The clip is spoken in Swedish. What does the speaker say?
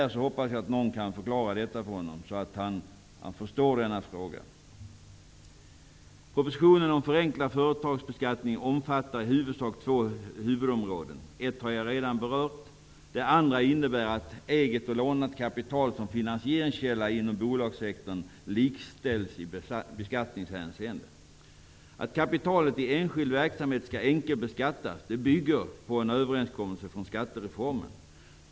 Men jag hoppas att någon kan ge honom en förklaring, så att han förstår denna fråga. Propositionen om förenklad företagsbeskattning omfattar i huvudsak två områden. Det ena har jag redan berört. Det andra innebär att eget och lånat kapital som finansieringskälla inom bolagssektorn likställs i beskattningshänseende. Att kapitalet i enskild verksamhet skall enkelbeskattas bygger på en överenskommelse från skattereformen.